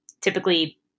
Typically